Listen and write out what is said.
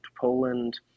Poland